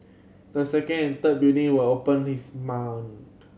the second and third building will open his